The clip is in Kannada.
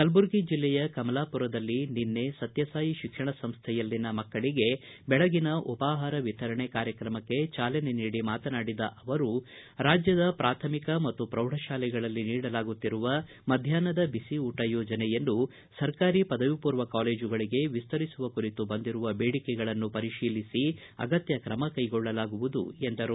ಕಲಬುರ್ಗಿ ಜಿಲ್ಲೆಯ ಕಮಲಾಪುರದಲ್ಲಿ ನಿನ್ನೆ ಸತ್ಯಸಾಯಿ ಶಿಕ್ಷಣ ಸಂಸ್ವೆಯಲ್ಲಿನ ಮಕ್ಕಳಿಗೆ ಬೆಳಗ್ಗಿನ ಉಪಾಹಾರ ವಿತರಣೆ ಕಾರ್ಯಕ್ರಮಕ್ಕೆ ಜಾಲನೆ ನೀಡಿ ಮಾತನಾಡಿದ ಅವರು ರಾಜ್ಯದ ಪ್ರಾಥಮಿಕ ಮತ್ತು ಪ್ರೌಢ ತಾಲೆಗಳಲ್ಲಿ ನೀಡಲಾಗುತ್ತಿರುವ ಮಧ್ಯಾಷ್ನದ ಬಿಸಿ ಊಟ ಯೋಜನೆಯನ್ನು ಸರ್ಕಾರಿ ಪದವಿಪೂರ್ವ ಕಾಲೇಜುಗಳಿಗೆ ವಿಸ್ತರಿಸುವ ಕುರಿತು ಬಂದಿರುವ ಬೇಡಿಕೆಗಳನ್ನು ಪರಿಶೀಲಿಸಿ ಅಗತ್ಯ ಕ್ರಮ ಕೈಗೊಳ್ಳಲಾಗುವುದು ಎಂದರು